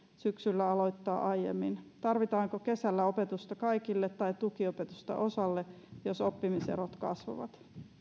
syksyllä aloittaa aiemmin tarvitaanko kesällä opetusta kaikille tai tukiopetusta osalle jos oppimiserot kasvavat